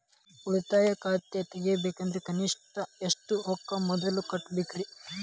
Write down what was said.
ಉಳಿತಾಯ ಖಾತೆ ತೆಗಿಬೇಕಂದ್ರ ಕನಿಷ್ಟ ಎಷ್ಟು ರೊಕ್ಕ ಮೊದಲ ಕಟ್ಟಬೇಕ್ರಿ?